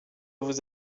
vous